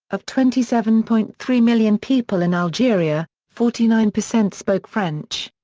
of twenty seven point three million people in algeria, forty nine percent spoke french.